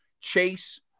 Chase